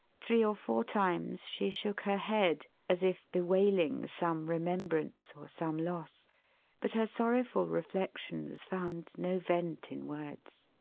three or four times, she shook her head, as if bewailing some remembrance or some loss but her sorrowful reflections found no vent in words.